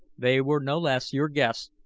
they were no less your guests,